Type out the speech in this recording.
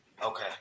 Okay